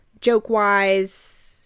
Joke-wise